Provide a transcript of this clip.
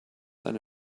eine